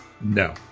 No